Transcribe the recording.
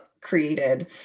created